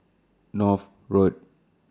North Road